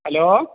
hello